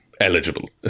eligible